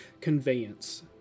conveyance